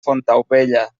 fontaubella